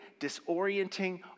disorienting